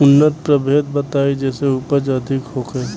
उन्नत प्रभेद बताई जेसे उपज अधिक होखे?